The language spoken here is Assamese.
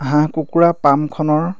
হাঁহ কুকুৰা পামখনৰ